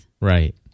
Right